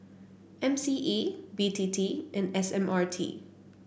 M C E B T T and S M R T